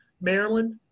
Maryland